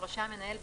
רשאי המנהל,